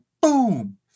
boom